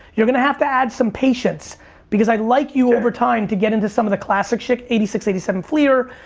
you're gonna have to add some patience because i'd like you, over time, to get into some of the classic shit, eighty six, eighty seven fleer,